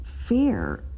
Fear